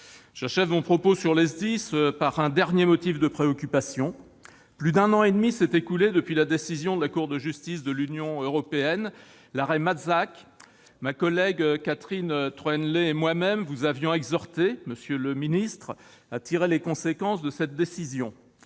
J'achève mon propos par un dernier motif de préoccupation : plus d'un an et demi s'est écoulé depuis l'arrêt de la Cour de justice de l'Union européenne. Ma collègue Catherine Troendlé et moi-même vous avions exhorté, monsieur le ministre, à en tirer les conséquences, car nous